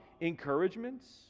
encouragements